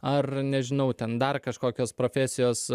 ar nežinau ten dar kažkokios profesijos